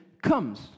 comes